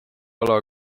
ala